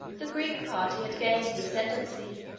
the greek party had gained the ascendency,